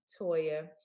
Toya